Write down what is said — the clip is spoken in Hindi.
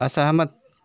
असहमत